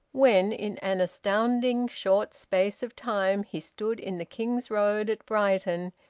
when, in an astounding short space of time, he stood in the king's road at brighton,